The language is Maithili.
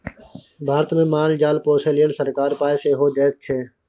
भारतमे माल जाल पोसय लेल सरकार पाय सेहो दैत छै